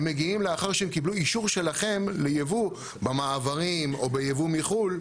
הם מגיעים לאחר שהם קיבלו אישור שלכם לייבוא במעברים או בייבוא מחו"ל.